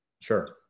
Sure